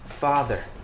Father